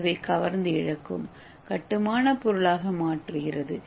ஏவை கவர்ந்து இழுக்கும் கட்டுமானப் பொருளாக மாற்றுகிறது